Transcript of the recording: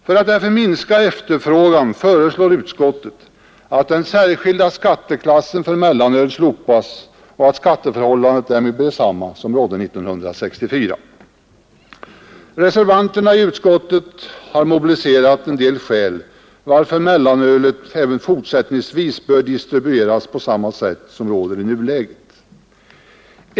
För att därför minska efterfrågan föreslår utskottet, att den särskilda skatteklassen för mellanöl slopas och att skatteförhållandet därmed blir detsamma som rådde 1964. Reservanterna i utskottet har mobiliserat en del skäl för att mellanölet även fortsättningsvis bör distribueras på samma sätt som i nuläget.